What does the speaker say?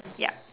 yup